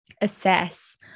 assess